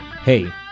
Hey